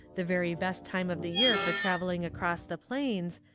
the very best time of the year for travelling across the plains,